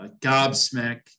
gobsmack